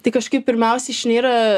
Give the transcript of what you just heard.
tai kažkaip pirmiausia išnyra